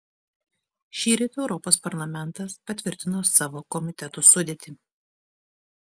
šįryt europos parlamentas patvirtino savo komitetų sudėtį